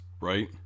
right